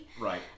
right